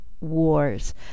wars